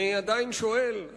אני עדיין שואל,